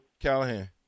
Callahan